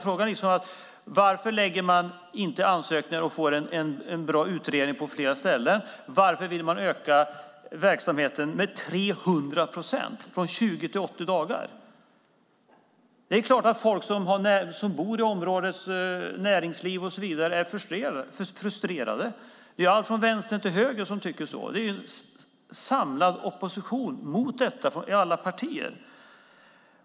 Frågan är varför man inte lägger fram ansökningar och får en bra utredning på flera ställen. Varför vill man öka verksamheten med 300 procent, från 20 till 80 dagar? Det är klart att folk som bor i området, näringsliv och så vidare är frustrerade. Det är alltifrån vänster till höger som tycker så. Det finns en samlad opposition mot detta i alla partier.